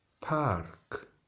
park